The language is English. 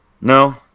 No